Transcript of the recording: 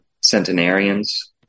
centenarians